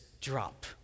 drop